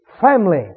family